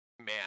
man